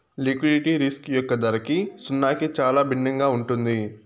liquidity risk యొక్క ధరకి సున్నాకి చాలా భిన్నంగా ఉంటుంది